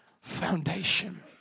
foundation